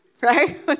right